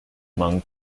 among